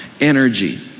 energy